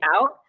out